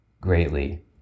greatly